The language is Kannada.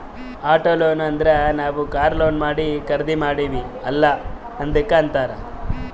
ಆಟೋ ಲೋನ್ ಅಂದುರ್ ನಾವ್ ಕಾರ್ ಲೋನ್ ಮಾಡಿ ಖರ್ದಿ ಮಾಡ್ತಿವಿ ಅಲ್ಲಾ ಅದ್ದುಕ್ ಅಂತ್ತಾರ್